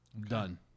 Done